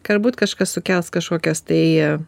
galbūt kažkas sukels kažkokias tai